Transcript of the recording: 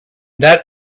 that